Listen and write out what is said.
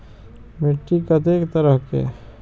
मिट्टी कतेक तरह के?